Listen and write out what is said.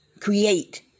create